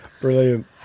Brilliant